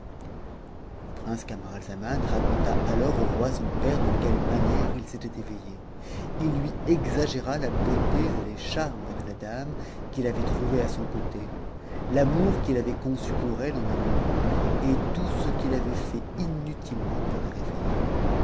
iiile prince camaralzaman raconta alors au roi son père de quelle nière il s'était éveihé h lui exagéra la beauté et les charmes de la bmf qu'il avait trouvée à son côte l'amour qu'il avait conçu pour elle en un moment et tout ce qu'il avait fait inutilement pour la réveiller